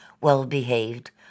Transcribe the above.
well-behaved